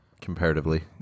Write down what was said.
comparatively